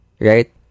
right